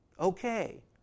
okay